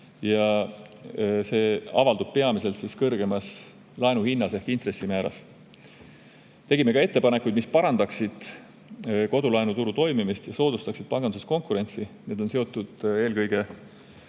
ja see avaldub peamiselt kõrgemas laenuhinnas ehk intressimääras. Tegime ka ettepanekuid, mis parandaksid kodulaenuturu toimimist ja soodustaksid panganduses konkurentsi. Need on eelkõige